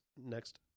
next